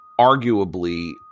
arguably